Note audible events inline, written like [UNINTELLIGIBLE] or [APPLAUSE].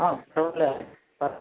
టువలె [UNINTELLIGIBLE]